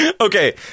okay